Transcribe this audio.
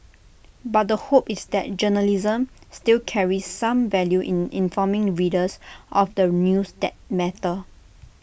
but the hope is that journalism still carries some value in informing readers of the news that matter